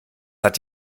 hat